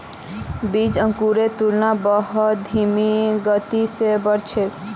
बीज अंकुरेर तुलनात बहुत धीमी गति स बढ़ छेक